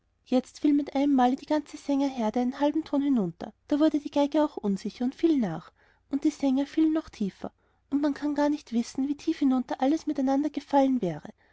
jetzt fiel mit einem male die ganze sängerherde einen halben ton hinunter da wurde die geige auch unsicher und fiel nach und die sänger fielen noch tiefer und man kann gar nicht wissen wie tief hinunter alles miteinander gefallen wäre